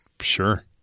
Sure